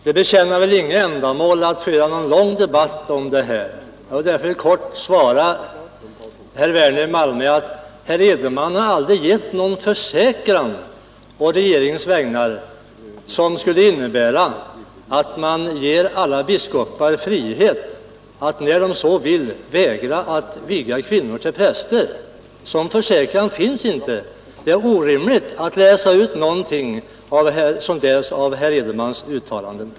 Herr talman! Det tjänar väl inget ändamål att föra någon lång debatt om detta. Jag vill därför helt kort svara herr Werner i Malmö att herr Edenman aldrig har gett någon försäkran å regeringens vägnar, som skulle innebära att alla biskopar fått frihet att när de så vill vägra att viga kvinnor till präster. Någon sådan försäkran finns inte. Det är orimligt att läsa ut något sådant av herr Edenmans uttalande.